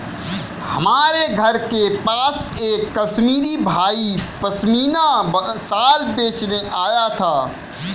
हमारे घर के पास एक कश्मीरी भाई पश्मीना शाल बेचने आया था